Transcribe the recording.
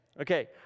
Okay